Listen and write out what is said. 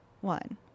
one